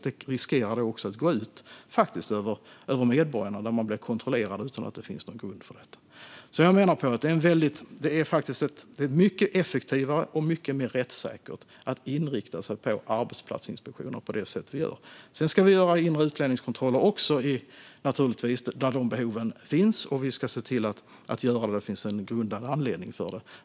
Det riskerade att gå ut över medborgarna då de blev kontrollerade utan att det fanns någon grund för det. Det är mycket mer effektivt och rättssäkert att inrikta sig på arbetsplatsinspektioner på det sätt vi gör. Men vi ska naturligtvis också göra inre utlänningskontroller där dessa behov finns. Vi ska se till att göra dem när det finns en grundad anledning till det.